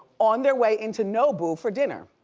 on their way into nobu for dinner.